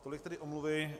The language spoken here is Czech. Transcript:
Tolik tedy omluvy.